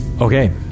Okay